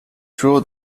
show